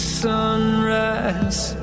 sunrise